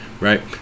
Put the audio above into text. right